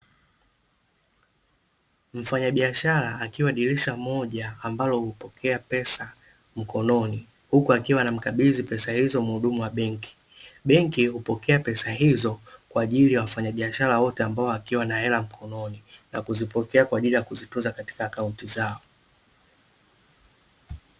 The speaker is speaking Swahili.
Mfanyabiashara akiwa dirisha moja ambalo hupokea pesa mkononi, huku akiwa anamkabidhi pesa hizo mhudumu wa benki. Benki hupokea pesa hizo kwa jili ya wafanyabiashara wote ambao wakiwa na hela mkononi na kuzipokea kwa jili ya kuzitunza katika akaunti zao.